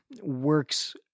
works